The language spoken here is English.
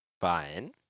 Fine